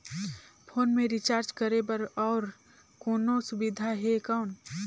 Phone मे recharge करे बर और कोनो सुविधा है कौन?